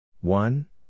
One